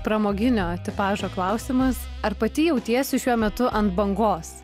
pramoginio tipažo klausimas ar pati jautiesi šiuo metu ant bangos